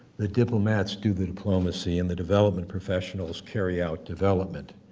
the diplomats do the diplomacy, and the development professionals carry out development.